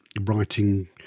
writing